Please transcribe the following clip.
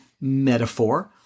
metaphor